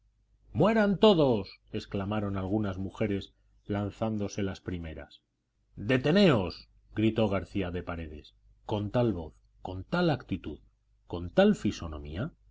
mueran todos exclamaron algunas mujeres lanzándose las primeras deteneos gritó garcía de paredes con tal voz con tal actitud con tal fisonomía